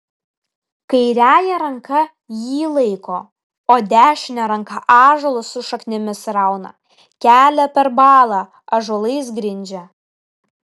kairiąja ranka jį laiko o dešine ranka ąžuolus su šaknimis rauna kelią per balą ąžuolais grindžia